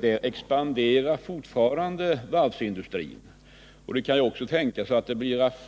Där expanderar varvsindustrin fortfarande och det kan även tänkas att